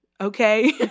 Okay